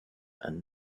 and